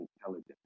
intelligence